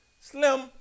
Slim